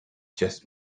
just